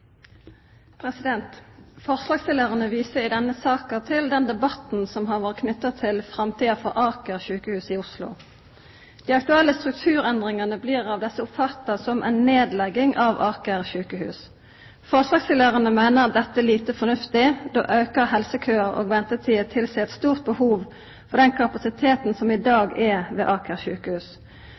viser i denne saka til den debatten som har vore knytt til framtida for Aker sykehus i Oslo. Dei aktuelle strukturendringane blir av desse oppfatta som ei nedlegging av Aker sykehus. Forslagsstillarane meiner at dette er lite fornuftig, då auka helsekøar og ventetider tilseier eit stort behov for den kapasiteten som i dag er ved Aker sykehus.